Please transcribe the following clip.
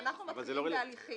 אין מצב שאנחנו מתחילים --- אה,